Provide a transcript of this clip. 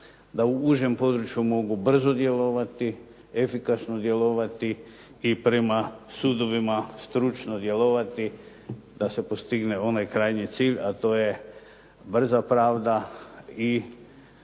da u užem području mogu brzo djelovati, efikasno djelovati i prema sudovima stručno djelovati da se postigne onaj krajnji cilj a to je brza pravda i